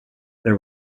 there